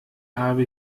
habe